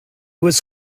was